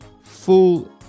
full